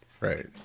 Right